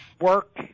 Work